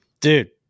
dude